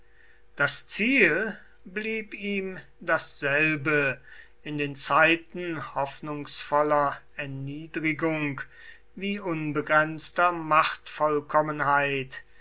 das ziel blieb ihm dasselbe in den zeiten hoffnungsvoller erniedrigung wie unbegrenzter machtvollkommenheit